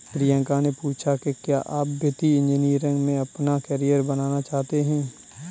प्रियंका ने पूछा कि क्या आप वित्तीय इंजीनियरिंग में अपना कैरियर बनाना चाहते हैं?